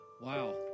wow